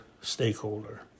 stakeholder